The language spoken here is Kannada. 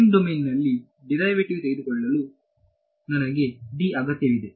ಟೈಮ್ ಡೊಮೇನ್ನಲ್ಲಿ ಡಿರೈವೇಟಿವ್ ತೆಗೆದುಕೊಳ್ಳಲು ನನಗೆ ಅಗತ್ಯವಿದೆ